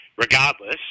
Regardless